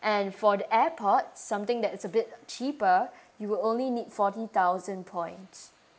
and for the airpod something that's a bit cheaper you will only need fourty thousand points